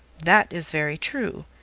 that is very true,